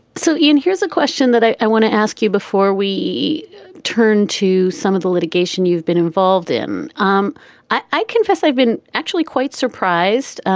so, ian, here's a question that i want to ask you before we turn to some of the litigation you've been involved in um i confess i've been actually quite surprised.